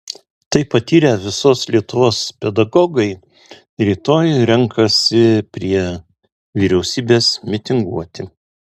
tai patyrę visos lietuvos pedagogai rytoj renkasi prie vyriausybės mitinguoti